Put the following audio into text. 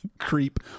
creep